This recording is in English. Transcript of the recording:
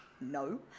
No